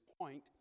point